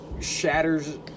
Shatters